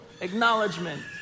acknowledgement